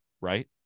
right